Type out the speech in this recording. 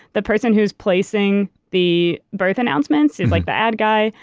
the person who's placing the birth announcements is like the ad guy,